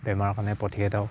বেমাৰোৰ কাৰনে প্ৰতিষেধক